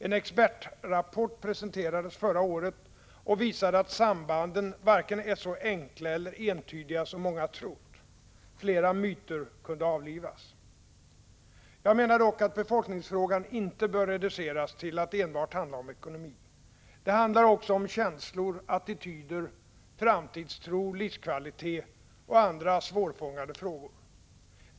En expertrapport presenterades förra året och visade att sambanden varken är så enkla eller entydiga som många trott. Flera ”myter” kunde avlivas. Jag menar dock att befolkningsfrågan inte bör reduceras till att enbart handla om ekonomi. Det handlar också om känslor, attityder, framtidstro, livskvalitet och andra svårfångade frågor.